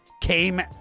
came